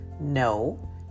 No